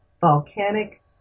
volcanic